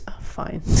fine